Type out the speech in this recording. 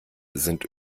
sind